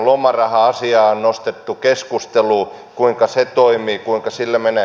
lomaraha asia on nostettu keskusteluun kuinka se toimii kuinka sillä menee